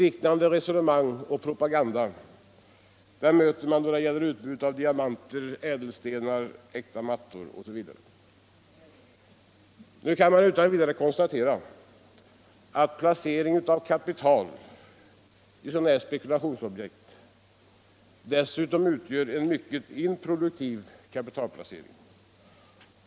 Liknande resonemang och propaganda möter man då det gäller utbud av diamanter, ädelstenar, äkta mattor osv. Man kan dessutom utan vidare konstatera att köp av sådana här spekulationsobjekt innebär en mycket improduktiv kapitalplacering.